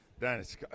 Dennis